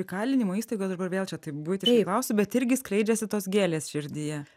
įkalinimo įstaigos dabar vėl čia taip buitiškai klausiu bet irgi skleidžiasi tos gėlės širdyje